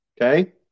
Okay